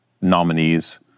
nominees